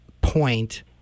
point